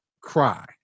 cry